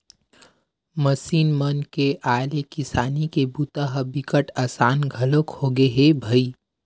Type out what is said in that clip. machine मन के आए ले किसानी के बूता ह बिकट असान घलोक होगे हे भईर